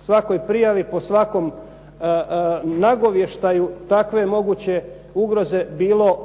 svakoj prijavi, po svakom nagovještaju takve moguće ugroze bilo